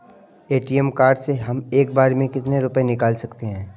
ATM card से हम एक बार में कितने रुपये निकाल सकते हैं?